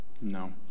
No